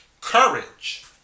Courage